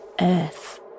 Earth